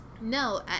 no